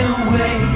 away